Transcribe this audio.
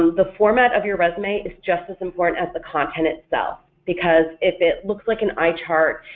the format of your resume is just as important as the content itself because if it looks like an eye chart,